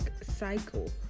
cycle